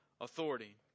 authority